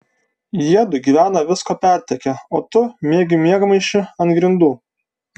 jiedu gyvena visko pertekę o tu miegi miegmaišy ant grindų